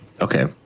okay